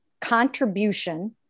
contribution